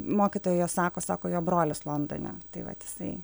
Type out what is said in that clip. mokytojos sako sako jo brolis londone tai vat jisai